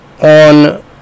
On